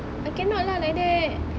I cannot lah like that